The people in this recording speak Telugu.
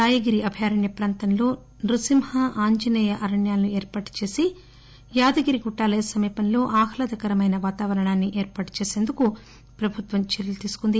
రాయగిరి అభయారణ్య ప్రాంతంలో నర్పింహ ఆంజనేయ అరణ్యాలను ఏర్పాటు చేసి యాదాద్రి యాదగిరి గుట్ల ఆలయ సమీపంలో ఆహ్లాదకరమైన వాతావరణాన్ని ఏర్పాటు సృష్టించేందుకు ప్రభుత్వం చర్యలు తీసుకుంది